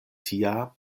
tia